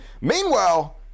meanwhile